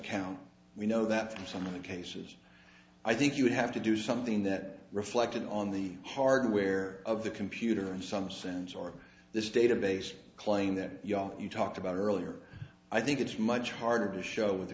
count we know that from some of the cases i think you have to do something that reflected on the hardware of the computer in some sense or this database claim that young you talked about earlier i think it's much harder to show with a